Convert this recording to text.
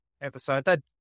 episode